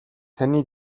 таны